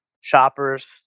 shoppers